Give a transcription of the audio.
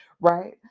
Right